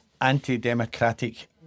anti-democratic